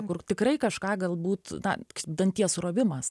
kur tikrai kažką galbūt na danties rovimas